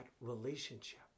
relationship